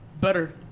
better